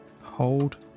hold